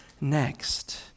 next